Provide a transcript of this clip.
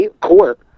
court